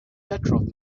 petrov